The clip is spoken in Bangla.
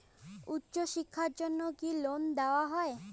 উচ্চশিক্ষার জন্য কি লোন দেওয়া হয়?